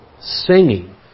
singing